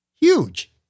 Huge